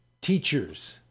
teachers